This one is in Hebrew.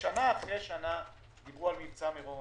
במירון בכל שנה.